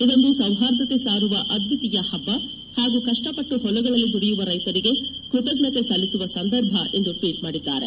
ಇದೊಂದು ಸೌಹಾರ್ದತೆಯನ್ನು ಸಾರುವ ಅದ್ವಿತೀಯ ಹಬ್ಬ ಹಾಗೂ ಕಷ್ವಪಟ್ಟು ಹೊಲಗಳಲ್ಲಿ ದುಡಿಯುವ ರೈತರಿಗೆ ಕೃತಜ್ಞತೆಯನ್ನು ಸಲ್ಲಿಸುವ ಸಂದರ್ಭ ಎಂದು ಟ್ವೀಟ್ ಮಾಡಿದ್ದಾರೆ